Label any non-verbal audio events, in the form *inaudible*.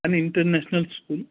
*unintelligible* international school